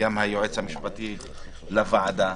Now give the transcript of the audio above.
וגם היועץ המשפטי לוועדה,